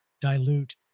dilute